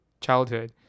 childhood